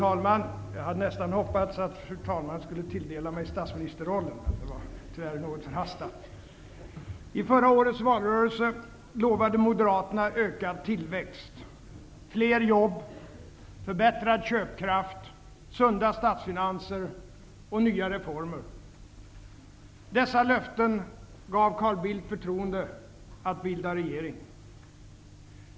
Fru talman! I förra årets valrörelse lovade Moderaterna ökad tillväxt, fler jobb, förbättrad köpkraft, sunda statsfinanser och nya reformer. Dessa löften gav Carl Bildt förtroende att bilda regering.